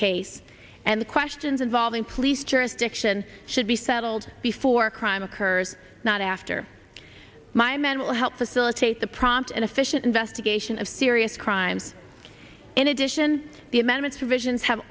case and the questions involving police jurisdiction should be settled before a crime occurs not after my men will help facilitate the prompt and efficient investigation of serious crime in addition the amendment provisions have